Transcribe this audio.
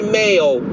male